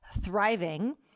thriving